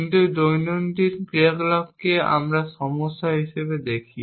কিন্তু দৈনন্দিন ক্রিয়াকলাপকে আমরা সমস্যা হিসেবে দেখি